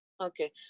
Okay